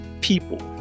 people